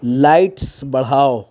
lights بڑھاؤ